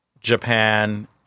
japan